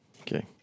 okay